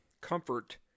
comfort